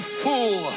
fool